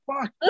fuck